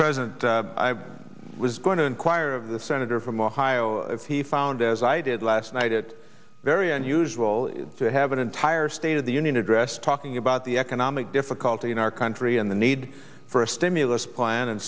president i was going to inquire of the senator from ohio if he found as i did last night it very unusual to have an entire state of the union address talking about the economic difficulty in our country and the need for a stimulus plan and